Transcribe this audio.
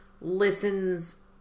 listens